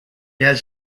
has